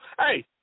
Hey